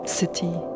city